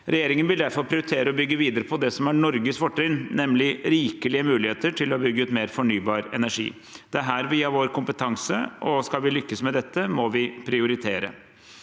Regjeringen vil derfor prioritere å bygge videre på det som er Norges fortrinn, nemlig rikelige muligheter til å bygge ut mer fornybar energi. Det er her vi har vår kompetanse. Skal vi lykkes med dette, må vi prioritere.